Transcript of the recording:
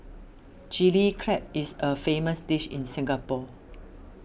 Chilli Crab is a famous dish in Singapore